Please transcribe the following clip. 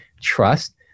trust